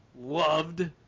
loved